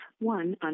one